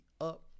up